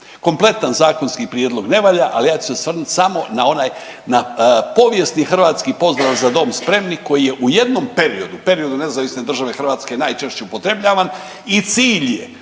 Kompletan zakonski prijedlog ne valja, ali ja ću se osvrnuti na ovaj, na povijesni hrvatski pozdrav „Za dom spremni“ koji je u jednom periodu, periodu NDH najčešće upotrebljavan i cilj je